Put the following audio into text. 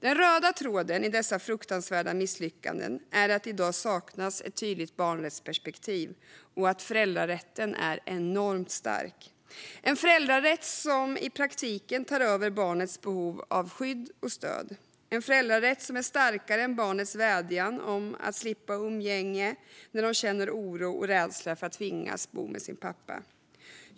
Den röda tråden i dessa fruktansvärda misslyckanden är att det i dag saknas ett tydligt barnrättsperspektiv och att föräldrarätten är enormt stark. Det är en föräldrarätt som i praktiken tar över barnets behov av skydd och stöd, en föräldrarätt som är starkare än barnets vädjan om att slippa umgänge när de känner oro och rädsla för att tvingas bo med sin pappa.